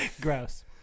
Gross